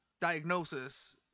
diagnosis